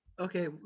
Okay